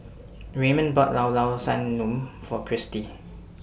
Raymond bought Llao Llao Sanum For Kristi